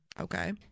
Okay